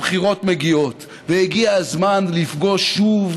הבחירות מגיעות, והגיע הזמן לפגוש שוב